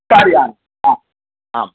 कार्यानं हा आम्